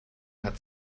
hat